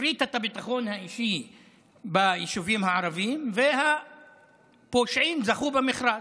הפריטה את הביטחון האישי ביישובים הערביים והפושעים זכו במכרז.